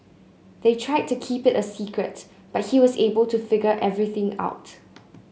they tried to keep it a secret but he was able to figure everything out